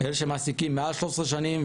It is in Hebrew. אלה שמעסיקים מעל 13 שנים,